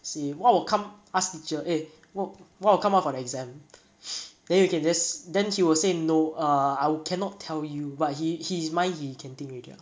see what will come ask teacher eh wha~ what will come out for the exam then you can just then he will say no err I cannot tell you but he~ he's mind he can think already lah